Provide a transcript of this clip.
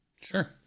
Sure